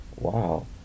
Wow